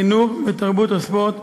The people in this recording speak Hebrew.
החינוך והתרבות והספורט,